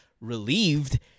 relieved